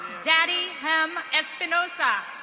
dadi m espinosa.